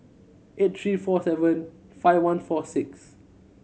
eight three four seven five one four six